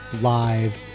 live